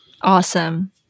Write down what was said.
Awesome